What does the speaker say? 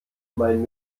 mein